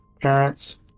parents